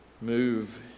Move